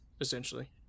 essentially